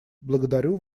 благодарю